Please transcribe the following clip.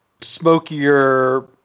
smokier